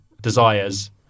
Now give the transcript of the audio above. desires